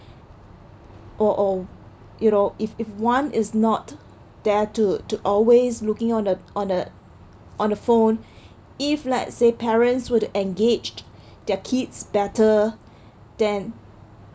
or or you know if if one is not there to to always looking on the on the on the phone if let's say parents would engaged their kids better then